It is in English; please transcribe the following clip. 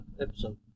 episode